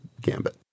gambit